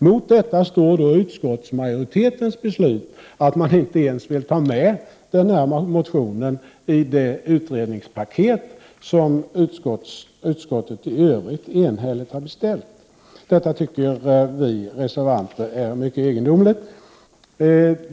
Mot det står utskottsmajoritetens beslut att inte ens ta med den här motionen i det utredningspaket som utskottet i övrigt enhälligt har beställt. Detta tycker vi reservanter är mycket egendomligt.